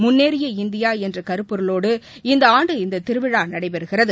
முன்னேறிய இந்தியா என்ற கருபொருளோடு இந்த ஆண்டு இந்த திருவிழா நடைபெறுகிறது